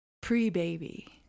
Pre-baby